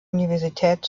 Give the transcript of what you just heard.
universität